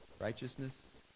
righteousness